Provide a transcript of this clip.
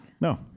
No